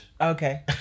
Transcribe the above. Okay